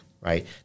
Right